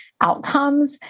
outcomes